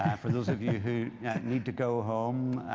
for those of you who need to go home,